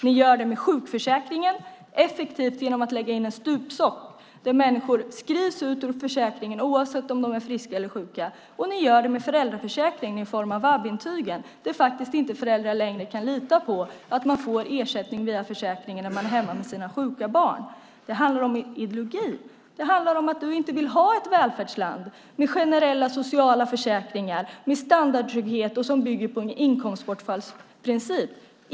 Ni gör det med sjukförsäkringen, effektivt genom att lägga in en stupstock. Människor skrivs ut ur försäkringen, oavsett om de är friska eller sjuka. Ni gör det med föräldraförsäkringen med VAB-intygen. Föräldrar kan inte längre lita på att de får ersättning via försäkringen när de är hemma med sina sjuka barn. Det handlar om ideologi. Det handlar om att du inte vill ha ett välfärdsland med generella socialförsäkringar, med standardtrygghet och som bygger på en inkomstbortfallsprincip.